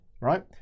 Right